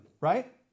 right